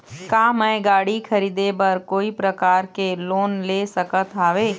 का मैं गाड़ी खरीदे बर कोई प्रकार के लोन ले सकत हावे?